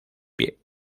pie